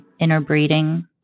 interbreeding